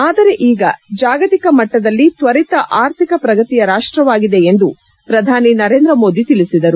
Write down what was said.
ಆದರೆ ಈಗ ಜಾಗತಿಕ ಮಟ್ಟದಲ್ಲಿ ತ್ವರಿತ ಆರ್ಥಿಕ ಪ್ರಗತಿಯ ರಾಷ್ಷವಾಗಿದೆ ಎಂದು ಪ್ರಧಾನಿ ನರೇಂದ್ರ ಮೋದಿ ತಿಳಿಸಿದರು